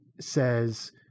says